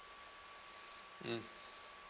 mm